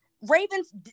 Ravens